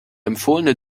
empfohlene